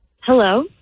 Hello